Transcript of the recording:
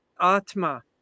Atma